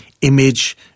image